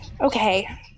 Okay